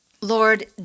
Lord